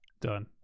Done